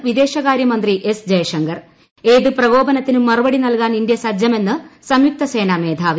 കാണണമെന്ന് വിദേശ്കാര്യമന്ത്രി എസ് ജയശങ്കർ ഏതു പ്രകോപനത്തിനും മറ്റുപടി നല്കാൻ ഇന്ത്യ സജ്ജമെന്ന് സംയുക്തസേനാ ്മ്മേധ്ാവി